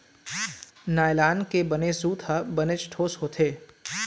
nylon के बने सूत ह बनेच ठोस होथे